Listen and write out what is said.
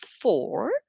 four